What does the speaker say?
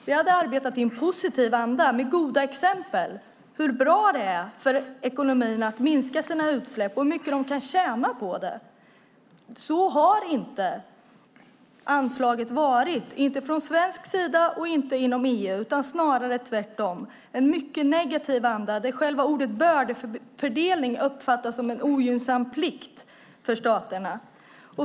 Vi hade arbetat i en positiv anda med goda exempel på hur bra det är för ekonomin att minska utsläppen och hur mycket man kan tjäna på det. Så har inte anslaget varit, inte från svensk sida och inte inom EU, utan snarare tvärtom en mycket negativ anda, där själva ordet bördefördelning uppfattas som en ogynnsam plikt för staterna.